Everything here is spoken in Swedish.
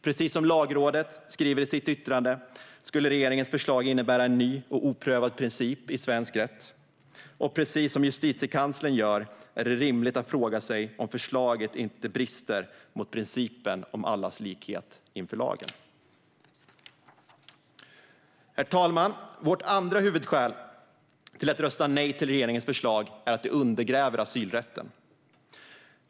Precis som Lagrådet skriver i sitt yttrande skulle regeringens förslag innebära en ny och oprövad princip i svensk rätt, och precis som Justitiekanslern gör är det rimligt att fråga sig om förslaget inte bryter mot principen om allas likhet inför lagen. Herr talman! Vårt andra huvudskäl till att rösta nej till regeringens förslag är att det undergräver asylrätten.